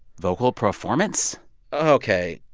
vocal performance ok.